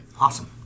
Awesome